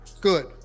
good